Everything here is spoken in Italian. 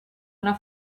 una